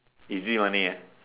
easy money ah